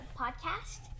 podcast